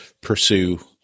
pursue